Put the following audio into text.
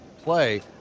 play